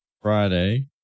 Friday